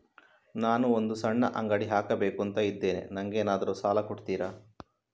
ನಾನು ಒಂದು ಸಣ್ಣ ಅಂಗಡಿ ಹಾಕಬೇಕುಂತ ಇದ್ದೇನೆ ನಂಗೇನಾದ್ರು ಸಾಲ ಕೊಡ್ತೀರಾ?